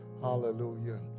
Hallelujah